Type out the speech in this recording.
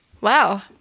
Wow